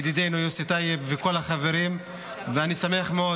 ידידינו יוסי טייב וכל החברים ואני שמח מאוד